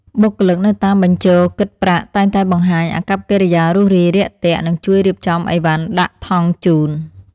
បុគ្គលិកនៅតាមបញ្ជរគិតប្រាក់តែងតែបង្ហាញអាកប្បកិរិយារួសរាយរាក់ទាក់និងជួយរៀបចំអីវ៉ាន់ដាក់ថង់ជូន។